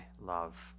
love